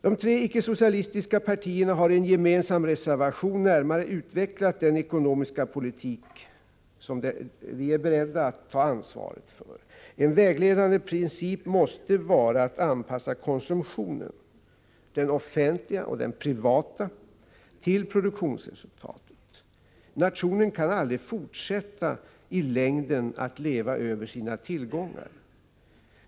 De tre icke-socialistiska partierna har i en gemensam reservation närmare utvecklat den ekonomiska politik som vi är beredda att ta ansvar för. En vägledande princip måste vara att anpassa konsumtionen, den offentliga och den privata, till produktionsresultatet. Nationen kan aldrig fortsätta i längden att leva över sina tillgångar.